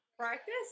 practice